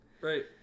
Right